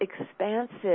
expansive